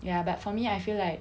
ya but for me I feel like